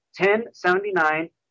1079